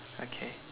okay